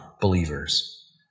believers